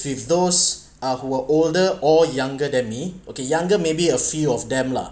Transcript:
with those are who are older or younger than me okay younger maybe a few of them lah